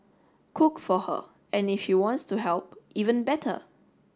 cook for her and if she wants to help even better